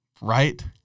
right